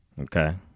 Okay